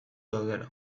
daudela